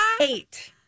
Eight